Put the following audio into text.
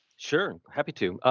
sure, happy to.